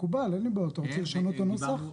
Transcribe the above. מקובל, אין לי בעיה, אתה רוצה לשנות את הנוסח?